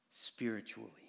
Spiritually